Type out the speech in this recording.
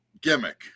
gimmick